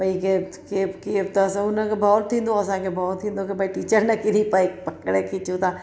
भई के के केरु तव्हां सभु हुनखे भव थींदो हुओ असांखे भव थींदो के भई टीचर न किरी पए पकिड़े खीचूं था